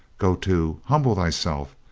go to. humble thyself.